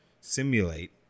simulate